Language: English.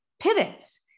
pivots